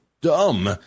dumb